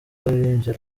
baririmbye